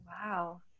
wow